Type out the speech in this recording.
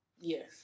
Yes